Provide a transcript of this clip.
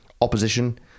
opposition